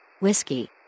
Whiskey